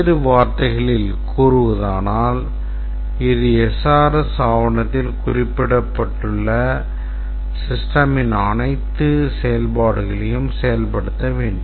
வேறு வார்த்தைகளில் கூறுவதானால் இது SRS ஆவணத்தில் குறிப்பிடப்பட்டுள்ள systemன் அனைத்து செயல்பாடுகளையும் செயல்படுத்த வேண்டும்